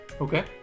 Okay